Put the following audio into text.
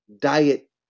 diet